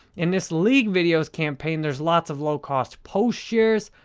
in this league videos campaign, there's lots of low-cost post shares,